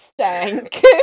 stank